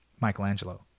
Michelangelo